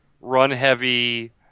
run-heavy